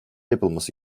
yapılması